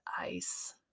ice